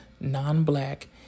non-black